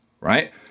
right